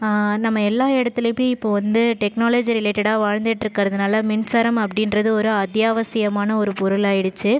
நம்ம எல்லா இடத்துலயுமே இப்போது வந்து டெக்னாலஜி ரிலேட்டடாக வாழ்ந்துகிட்டு இருக்கிறதுனால மின்சாரம் அப்படின்றது ஒரு அத்தியாவசியமான ஒரு பொருளாக ஆகிடுச்சி